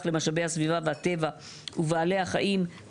למשאבי הסביבה והטבע ובעלי החיים.".